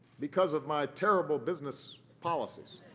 because of my terrible business policies.